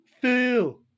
Phil